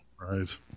Right